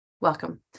Welcome